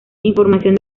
información